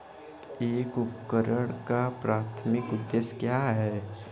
एक उपकरण का प्राथमिक उद्देश्य क्या है?